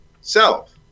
self